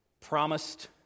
Promised